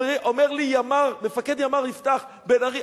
אומר לי מפקד ימ"ר יפתח: בן-ארי,